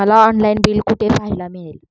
मला online bill कुठे पाहायला मिळेल?